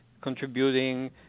contributing